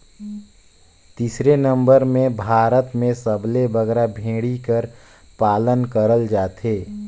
तीसर नंबर में भारत में सबले बगरा भेंड़ी कर पालन करल जाथे